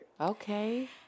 Okay